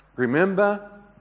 Remember